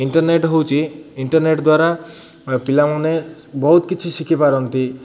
internet ହେଉଛି internet ଦ୍ୱାରା ପିଲାମାନେ ବହୁତ କିଛି ଶିଖିପାରନ୍ତି